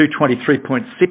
$223.6